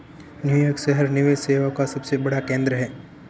New York शहर निवेश सेवाओं का सबसे बड़ा केंद्र है